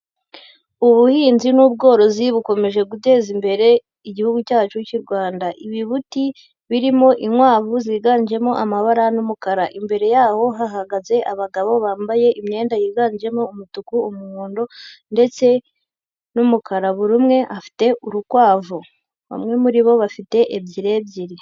Ubuhinzi n'ubworozi bukomeje guteza imbere igihugu cyacu cy'u Rwanda, ibibuti birimo inkwavu ziganjemo amabara y'umukara. Imbere yaho hahagaze abagabo bambaye imyenda yiganjemo umutuku, umuhondo ndetse n'umukara; buri umwe afite urukwavu, bamwe muribo bafite ebyiri ebyiri.